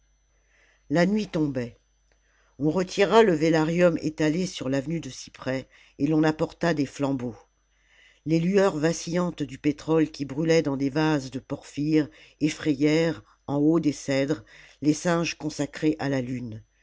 la nuit tombait on retira le vélarium étalé sur l'avenue des cyprès et ton apporta des flambeaux les lueurs vacillantes du pétrole qui brûlait dans des vases de porphyre effrayèrent au haut des cèdres les singes consacrés à la lune